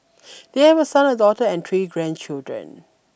they have a son a daughter and three grandchildren